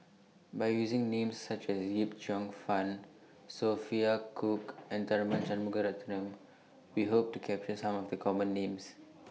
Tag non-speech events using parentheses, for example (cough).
By using Names such as Yip Cheong Fun Sophia Cooke and (noise) Tharman Shanmugaratnam We Hope to capture Some of The Common Names